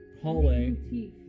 hallway